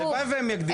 הלוואי שהם יגדילו.